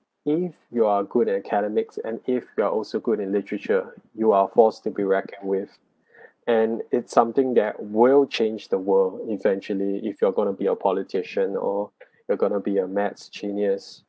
if you are good at academics and if you are also good in literature you are forced to be racked with and it's something that will change the world eventually if you are going to be a politician or you're going be a maths genius